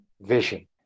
vision